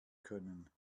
können